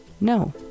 no